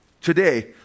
Today